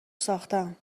ساختم